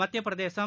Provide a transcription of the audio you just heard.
Madhya Pradesh